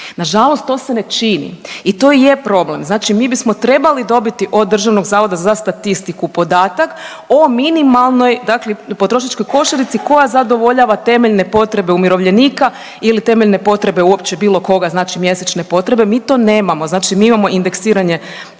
Nažalost to se ne čini i to i je problem, znači mi bismo trebali dobiti od Državnog zavoda za statistiku podatak o minimalnom potrošačkoj košarici koja zadovoljava temeljne potrebe umirovljenika ili temeljne potrebe uopće bilo koga znači mjesečne potrebe. Mi to nemamo, znači mi imamo indeksiranje cijena,